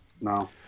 no